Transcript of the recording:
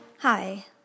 Hi